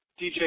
DJ